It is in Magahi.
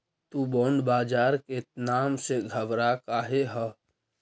तु बॉन्ड बाजार के नाम से घबरा काहे ह?